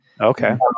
Okay